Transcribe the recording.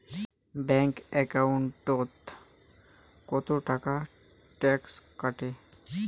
Bank একাউন্টত কতো টাকা ট্যাক্স কাটে?